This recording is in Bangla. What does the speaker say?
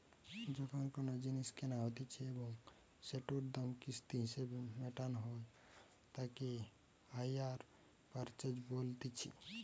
যখন কোনো জিনিস কেনা হতিছে এবং সেটোর দাম কিস্তি হিসেবে মেটানো হই তাকে হাইয়ার পারচেস বলতিছে